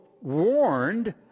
warned